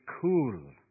cool